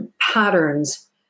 patterns